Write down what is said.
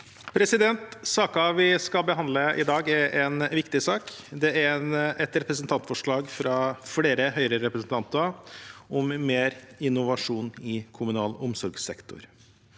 Saken vi skal behandle i dag, er en viktig sak. Det er et representantforslag fra flere Høyre-representanter om mer innovasjon i kommunal omsorgssektor,